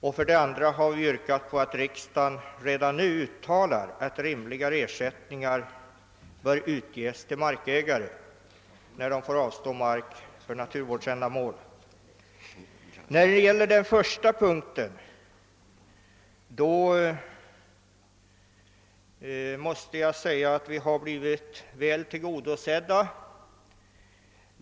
Vi har vidare yrkat på att riksdagen redan nu uttalar att rimligare ersättningar bör lämnas till markägare som får avstå mark för naturvårdsändamål. Vad gäller den första punkten så har våra önskemål blivit väl tillgodosedda.